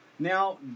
Now